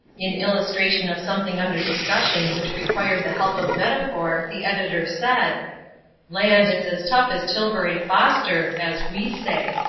in illustration of something under discussion which required the help of metaphor, the editor said land, it's as tough as tilbury foster as we say.